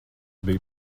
biju